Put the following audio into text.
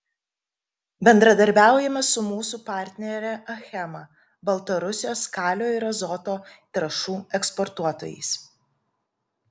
bendradarbiaujame su mūsų partnere achema baltarusijos kalio ir azoto trąšų eksportuotojais